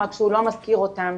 רק שהוא לא מזכיר אותם.